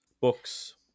books